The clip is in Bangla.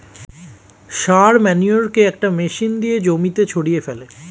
সার মানুরেকে একটা মেশিন দিয়ে জমিতে ছড়িয়ে ফেলে